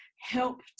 help